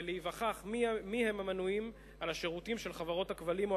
ולהיווכח מיהם המנויים על השירותים של חברות הכבלים או